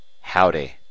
Howdy